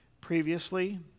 Previously